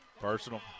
Personal